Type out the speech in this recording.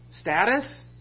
status